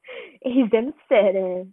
he's damn sad leh